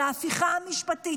על ההפיכה המשפטית,